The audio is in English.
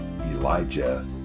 Elijah